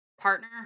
partner